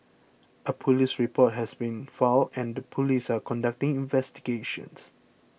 a police report has been filed and the police are conducting investigations